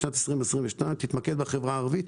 שבשנת 2022 תתמקד בחברה הערבית.